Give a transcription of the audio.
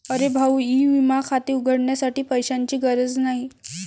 अरे भाऊ ई विमा खाते उघडण्यासाठी पैशांची गरज नाही